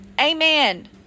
Amen